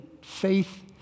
faith